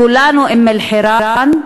כולנו אום-אלחיראן,